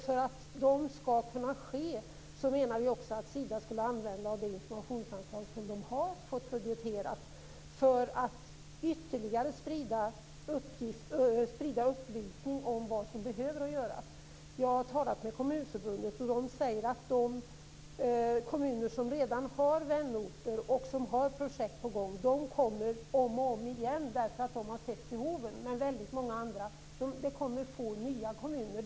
För att det skulle kunna ske, menar vi att Sida skulle använda sig av det reservationsanslag som man har fått budgeterat, för att ytterligare sprida upplysning om vad som behöver göras. Jag har talat med Kommunförbundet. Där säger man att de kommuner som redan har vänorter och som redan har projekt på gång kommer tillbaka om och om igen därför att man har sett behoven. Men det kommer väldigt få nya kommuner.